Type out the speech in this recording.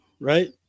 right